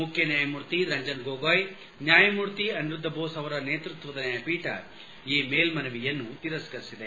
ಮುಖ್ಯ ನ್ಯಾಯಮೂರ್ತಿ ರಂಜನ್ ಗೊಗೊಯಿ ನ್ಯಾಯಮೂರ್ತಿ ಅನಿರುದ್ದ ಬೋಸ್ ಅವರ ನೇತೃತ್ವದ ನ್ಲಾಯಪೀಠ ಈ ಮೇಲ್ವನವಿಯನ್ನು ತಿರಸ್ತರಿಸಿದೆ